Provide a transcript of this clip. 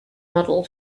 model